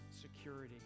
security